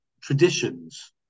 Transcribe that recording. traditions